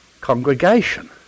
congregation